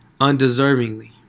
Undeservingly